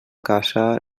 casa